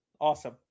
Awesome